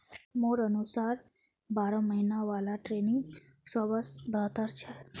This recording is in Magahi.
मोर अनुसार बारह महिना वाला ट्रेनिंग सबस बेहतर छ